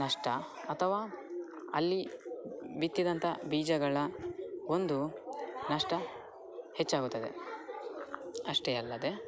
ನಷ್ಟ ಅಥವಾ ಅಲ್ಲಿ ಬಿತ್ತಿದಂತಹ ಬೀಜಗಳ ಒಂದು ನಷ್ಟ ಹೆಚ್ಚಾಗುತ್ತದೆ ಅಷ್ಟೇ ಅಲ್ಲದೆ